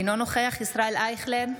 אינו נוכח ישראל אייכלר,